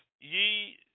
ye